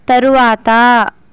తరువాత